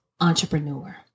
entrepreneur